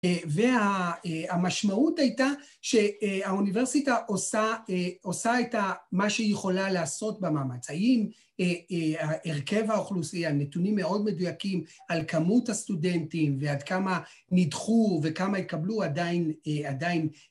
והמשמעות הייתה שהאוניברסיטה עושה את מה שהיא יכולה לעשות במאמץ. האם הרכב האוכלוסי, הנתונים מאוד מדויקים על כמות הסטודנטים ועד כמה נדחו וכמה יקבלו עדיין, עדיין...